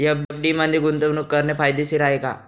FD मध्ये गुंतवणूक करणे फायदेशीर आहे का?